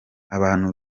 abantu